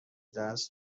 دست